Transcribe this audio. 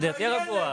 מה קרה פה?